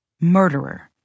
Murderer